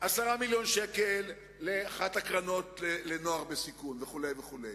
10 מיליון שקל לאחת הקרנות לנוער בסיכון וכו'.